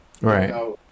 Right